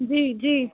जी जी